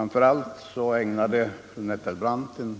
Framför allt ägnade fru Nettelbrandt en